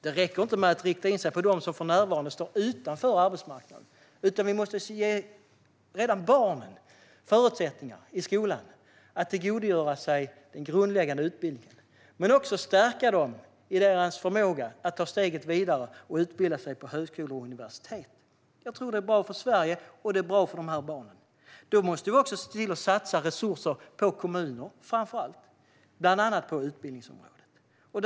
Det räcker inte med att rikta in sig på dem som för närvarande står utanför arbetsmarknaden. Vi måste redan i skolan ge barnen förutsättningar att tillgodogöra sig den grundläggande utbildningen, och vi måste också stärka dem i deras förmåga att ta steget vidare och utbilda sig på högskolor och universitet. Jag tror att detta är bra för Sverige och för dessa barn. Då måste vi också se till att satsa resurser, framför allt på kommuner, bland annat på utbildningsområdet.